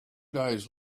days